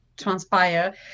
transpire